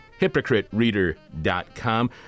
hypocritereader.com